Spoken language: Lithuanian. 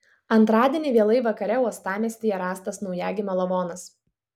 antradienį vėlai vakare uostamiestyje rastas naujagimio lavonas